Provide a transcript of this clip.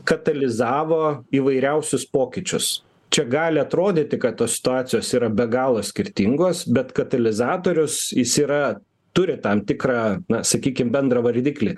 katalizavo įvairiausius pokyčius čia gali atrodyti kad tos situacijos yra be galo skirtingos bet katalizatorius jis yra turi tam tikrą na sakykim bendrą vardiklį